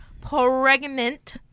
pregnant